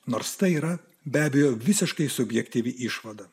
nors tai yra be abejo visiškai subjektyvi išvada